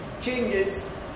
changes